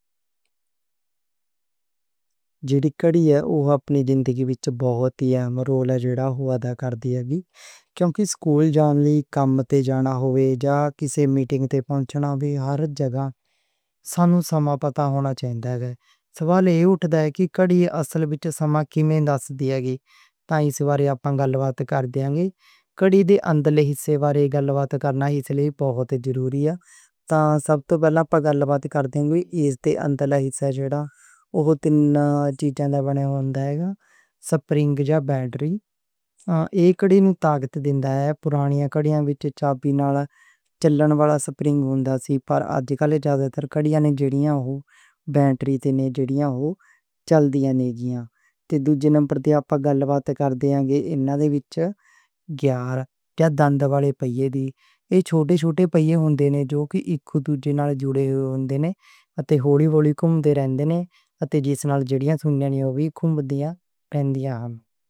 جیڑی کڑی ہے، اوہ اپنی زندگی وچ بہت اہم رول ادا کر دی ہے۔ کیونکہ سکول جان لئی، کم تے جانا ہوئے، جا کسے میٹنگ تے پہنچنا ہوئے، ہر جگہ سانوں سماں پتا ہونا چاہی دا ہے۔ سوال ایہہ اٹھدا ہے کہ کڑی اصل وچ سماں کیمیں دس دی ہے، تے اس واری اپاں گل بات کران گے۔ کڑی دے اندرلے حصے واری گل بات کرنا اس لئی بہت ضروری ہے۔ سب توں پہلاں اپاں گل بات کردے ہاں، اس دے اندرلے حصے جےڑے، اوہ تن چیزاں نیں: ونڈ ہوندا، سپرنگ یا بیٹری۔ پرانی کڑیاں وچ چابی نال چلن والا سپرنگ ہوندا سی، پر آج کل زیادہ تر کڑیاں جےڑیاں نیں، اوہ بیٹری تے چل دیاں نیں۔ کہ دو نمبر دیاں گلاں دے وچکار کر دیا ایہناں دے وچ دے دند والا پہیا دے، ایہ چھوٹے چھوٹے پہیے ہوندے نیں جو اک دوجے نال جڑے ہوندے نیں اتے ہولی ہولی گھومدے رہندے نیں، اتے جس نال کڑیاں دیاں سوئیاں گھم دیاں رہندیاں نیں۔